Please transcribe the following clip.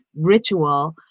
ritual